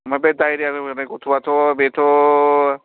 ओमफ्राय बे दायरिया बेमार जानाय गथ'आथ' बेथ'